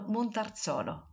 Montarzolo